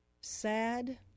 sad